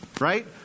right